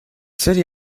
city